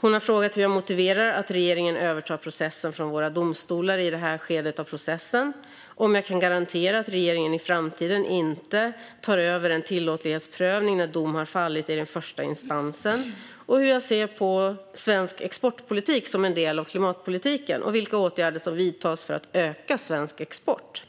Hon har frågat hur jag motiverar att regeringen övertar processen från våra domstolar i det här skedet av processen, om jag kan garantera att regeringen i framtiden inte tar över en tillåtlighetsprövning när dom har fallit i den första instansen, hur jag ser på svensk exportpolitik som en del av klimatpolitiken och vilka åtgärder som vidtas för att öka svensk export.